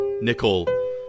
nickel